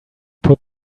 put